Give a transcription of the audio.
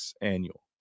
annual